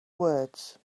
words